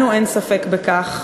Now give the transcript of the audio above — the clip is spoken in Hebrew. לנו אין ספק בכך.